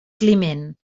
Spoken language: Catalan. climent